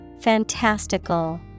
Fantastical